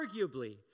arguably